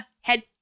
head